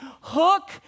Hook